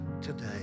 today